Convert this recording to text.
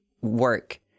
work